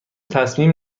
تصمیم